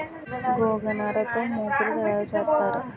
గోగనార తో మోకులు తయారు సేత్తారు